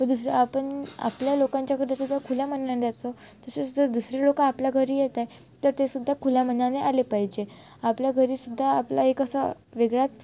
तर दुसऱ्या आपण आपल्या लोकांच्याकडे तर खुल्या मनाने जायचं तसेच जर दुसरे लोक आपल्या घरी येते तर ते सुद्धा खुल्या मनाने आले पाहिजे आपल्या घरी सुद्धा आपला एक असा वेगळाच